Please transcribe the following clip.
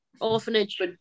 Orphanage